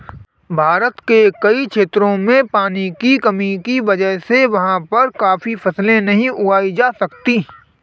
भारत के कई क्षेत्रों में पानी की कमी की वजह से वहाँ पर काफी फसलें नहीं उगाई जा सकती